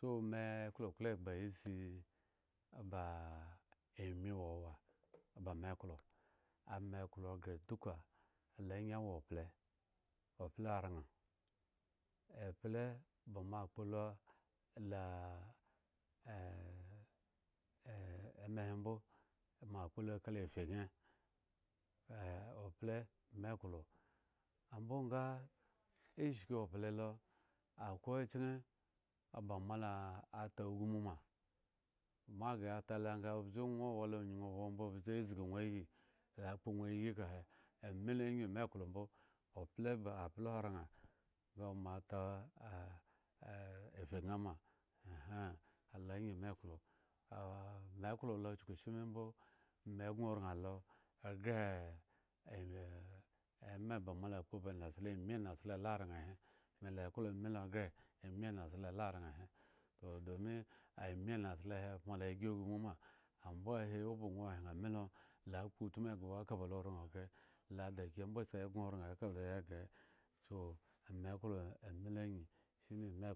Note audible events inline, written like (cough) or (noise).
So me klo klo egba isi ami wowa ba me klo ame klo eghre duka lo angyi awo ople, ople araŋ, eple ba, moakpolo la eh eh emahembo amoakpo la ka la fye ghre (hesitation) ople me klo ambo nga ishki ople lo akwe ochken ba moat agmu ma, moa ghre ya ta lo nga obze ŋwo walo ŋyung owa mbo obze zgi ŋwo ayi la kpo ŋwo ayi ekahe. ame lo angyi me klo mbo, ople ba aple araŋ ba moata efyeghre ama lo angyi me klo ah me klo chukushimi mbo me gŋoraŋ lo ghre (hesitation) ema ba moala kpo ba nasla ami araŋhe me la klo amelo ghre ami nasle laraŋ he toh domi ami nasle mola ygi agmu ma ambo ahi oba ŋwo hyen ame lo, lo akpotmu eghbo eka ba lo raŋghre lo da gi ambo sa gŋoraŋ